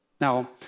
Now